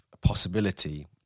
possibility